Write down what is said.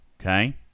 Okay